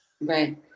Right